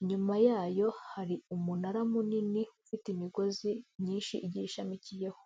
inyuma yayo hari umunara munini ufite imigozi myinshi igishamikiyeho.